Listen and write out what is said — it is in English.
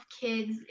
kids